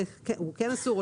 הוא כן אסור,